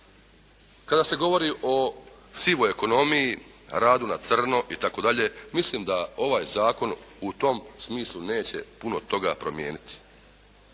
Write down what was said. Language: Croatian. Kada se govori o sivoj ekonomiji, radu na crno itd. mislim da ovaj zakon u tom smislu neće puno toga promijeniti.